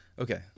Okay